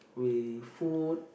with food